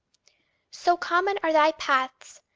so common are thy paths,